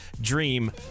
dream